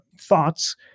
thoughts